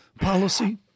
policy